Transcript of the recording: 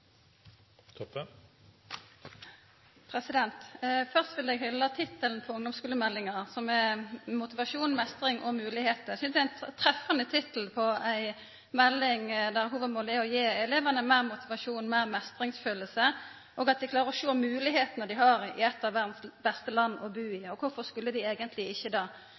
ein treffande tittel på ei melding der hovudmålet er å gi elevane meir motivasjon, meir meistringsfølelse, og at dei klarar å sjå moglegheitene dei har i eit av verdas beste land å bu i. Korfor skulla dei eigentleg ikkje det?